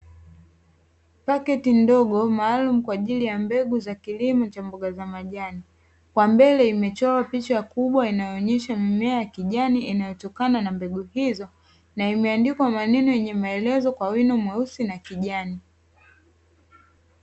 Paketi ndogo maalumu kwajili ya mbegu za kilimo cha mboga za majani kwa mbele imechorwa picha kubwa inayo onyesha mimea ya kijani inayo tokana na mbegu hizo na imeandikwa maneno yenye maelezo kwa wino mweusi na kijani.